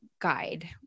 guide